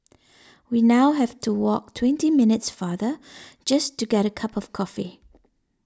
we now have to walk twenty minutes farther just to get a cup of coffee